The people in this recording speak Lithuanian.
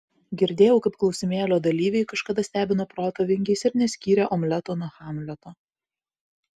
girdėjau kaip klausimėlio dalyviai kažkada stebino proto vingiais ir neskyrė omleto nuo hamleto